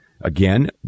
Again